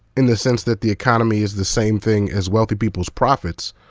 in the sense that the economy is the same thing as wealthy people's profits.